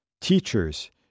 teachers